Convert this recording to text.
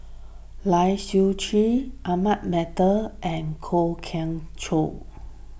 Lai Siu Chiu Ahmad Mattar and Kwok Kian Chow